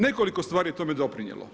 Nekoliko stvari je tome doprinijelo.